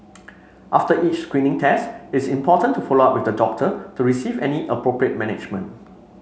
after each screening test it's important to follow up with the doctor to receive any appropriate management